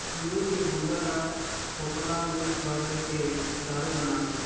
अंगूर के गुदा ल फोकला ले करके दारू बनाथे